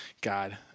God